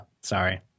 sorry